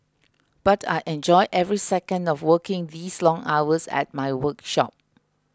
but I enjoy every second of working these long hours at my workshop